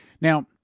Now